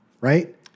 right